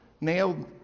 nailed